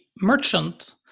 merchant